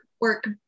work